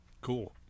Cool